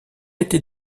été